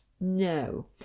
No